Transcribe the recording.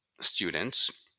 students